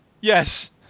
yes